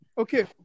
Okay